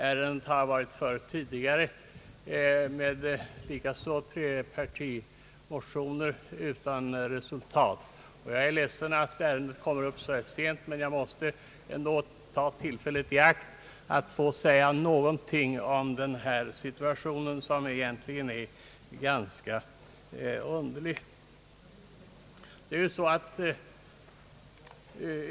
Ärendet har varit före tidigare, även då med trepartimotioner, utan resultat. Jag är ledsen att detta ärende kommer upp till behandling så här sent, men jag måste ändå ta tillfället i akt att säga något om situationen, som egentligen är ganska underlig.